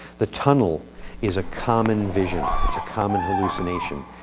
the tunnel is a common vision. it's a common hallucination.